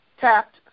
tapped